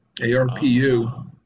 ARPU